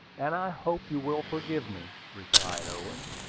and i hope you will forgive me, replied owen.